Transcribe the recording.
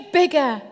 bigger